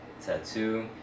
tattoo